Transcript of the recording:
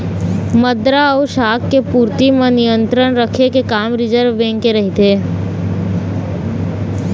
मद्रा अउ शाख के पूरति म नियंत्रन रखे के काम रिर्जव बेंक के रहिथे